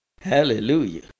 Hallelujah